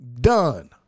Done